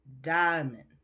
Diamond